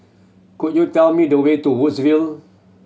could you tell me the way to Woodsville